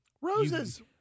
Roses